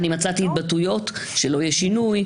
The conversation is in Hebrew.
מצאתי התבטאויות שלא יהיה שינוי,